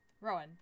Rowan